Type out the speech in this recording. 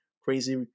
crazy